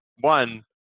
one